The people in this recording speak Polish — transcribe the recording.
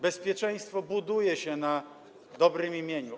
Bezpieczeństwo buduje się na dobrym imieniu.